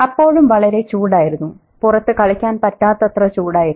'അപ്പോഴും വളരെ ചൂടായിരുന്നു പുറത്ത് കളിക്കാൻ പറ്റാത്തത്ര ചൂടായിരുന്നു